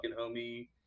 homie